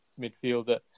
midfielder